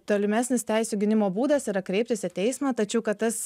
tolimesnis teisių gynimo būdas yra kreiptis į teismą tačiau kad tas